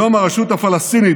היום הרשות הפלסטינית